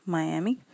Miami